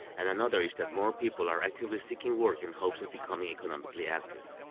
and another is that more people are actively seeking work in hopes of becoming economically active. and